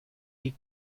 die